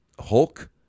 Hulk